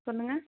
சொல்லுங்கள்